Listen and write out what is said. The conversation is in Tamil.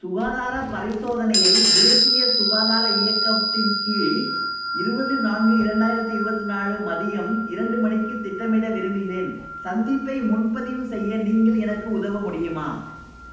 சுகாதாரப் பரிசோதனையை தேசிய சுகாதார இயக்கத்தின் கீழ் இருபது நான்கு இரண்டாயிரத்தி இருபத்தி நாலு மதியம் இரண்டு மணிக்கு திட்டமிட விரும்புகிறேன் சந்திப்பை முன்பதிவு செய்ய நீங்கள் எனக்கு உதவ முடியுமா